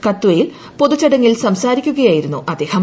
കത്വയിൽ പൊതു ചടങ്ങിൽ സംസാരിക്കുകയായിരുന്നു അദ്ദേഹം